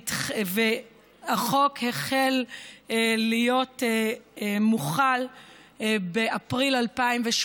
החוק החל להיות מוחל באפריל 2018,